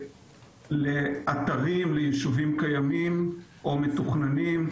אתרים ויישובים קיימים או מתוכננים,